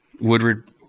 Woodward